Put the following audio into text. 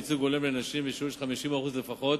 ייצוג הולם לנשים בשיעור של 50% לפחות),